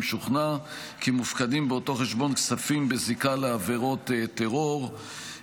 אם שוכנע כי מופקדים באותו חשבון כספים בזיקה לעבירות טרור,